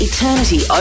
Eternity